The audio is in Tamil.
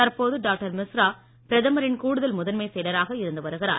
தற்போது டாக்டர் மிஸ்ரா பிரதமரின் கூடுதல் முதன்மைச் செயலராக இருந்து வருகிறார்